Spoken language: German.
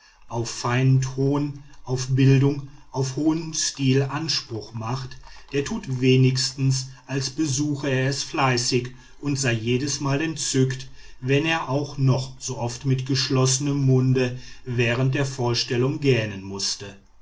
auf feinen ton auf bildung auf hohen stil anspruch macht der tut wenigstens als besuche er es fleißig und sei jedes mal entzückt wenn er auch noch so oft mit geschlossenem munde während der vorstellung gähnen mußte